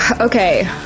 okay